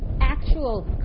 actual